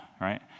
right